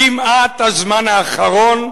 כמעט הזמן האחרון,